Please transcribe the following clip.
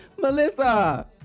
Melissa